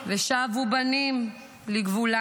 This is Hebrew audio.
ושבו בנים לגבולם".